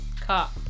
Cop